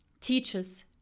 teaches